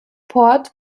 port